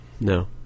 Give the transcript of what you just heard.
No